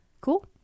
cool